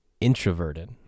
introverted